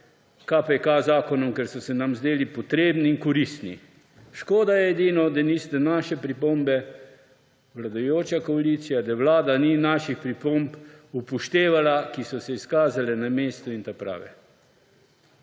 KPK zakonom, ker so se nam zdeli potrebni in koristni. Škoda je edino, da naših pripomb vladajoča koalicija, Vlada ni upoštevala, ki so se izkazale na mestu in ta prave.